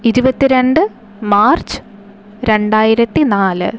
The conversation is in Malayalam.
ഇരുപത്തി രണ്ട് മാർച്ച് രണ്ടായിരത്തി നാല്